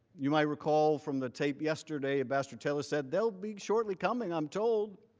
you might recall from the tape yesterday ambassador taylor said they will be shortly coming, i am told.